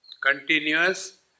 Continuous